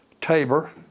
Tabor